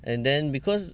and then because